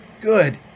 good